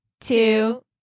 two